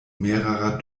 mehrerer